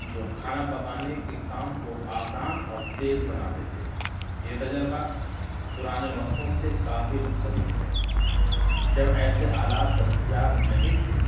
جو کھانا پکانے کے کام کو آسان اور تیز بنا دیتے ہیں یہ تجربہ پرانے وقتوں سے کافی مختلف ہے جب ایسے آلات دستیاب نہیں تھے